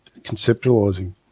conceptualizing